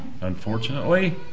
unfortunately